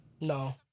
No